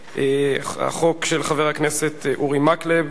החוק של חבר הכנסת אורי מקלב,